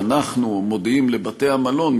שאנחנו מודיעים לבתי-המלון,